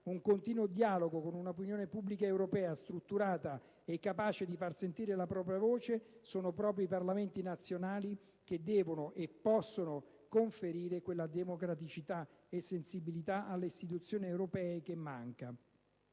un continuo dialogo con una opinione pubblica europea strutturata e capace di far sentire la propria voce, sono proprio i Parlamenti nazionali che devono e possono conferire quella democraticità e sensibilità alle istituzioni europee che manca.